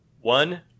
One